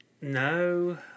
No